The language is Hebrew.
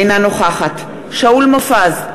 אינה נוכחת שאול מופז,